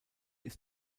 ist